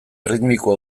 erritmikoa